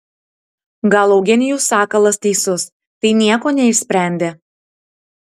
gal eugenijus sakalas teisus tai nieko neišsprendė